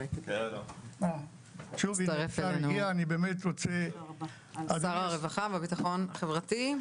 אולי --- הצטרף אלינו שר הרווחה והבטחון החברתי,